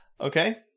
Okay